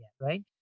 right